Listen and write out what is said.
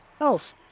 Else